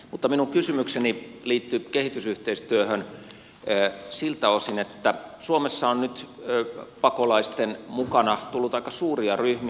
mutta minun kysymykseni liittyy kehitysyhteistyöhön siltä osin että suomeen on nyt pakolaisten mukana tullut aika suuria ryhmiä